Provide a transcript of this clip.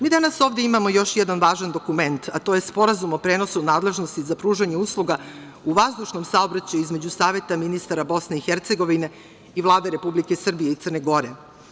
Mi danas ovde imamo još jedan važan dokument, a to je Sporazum o prenosu nadležnosti za pružanje usluga u vazdušnom saobraćaju između Saveta ministara BiH i Vlade Republike Srbije i Crne Gore.